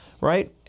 right